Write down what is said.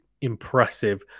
impressive